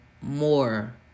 more